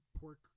pork